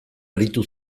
aritu